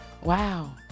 Wow